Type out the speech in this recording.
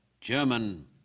German